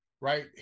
Right